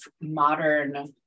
modern